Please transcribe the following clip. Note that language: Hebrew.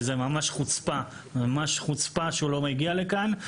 וזה ממש חוצפה, חוצפה שהוא לא מגיע לכאן.